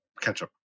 ketchup